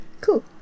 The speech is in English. Cool